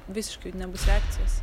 visiškai nebus reakcijos